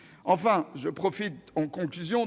justifié. Je profite